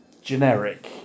generic